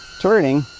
turning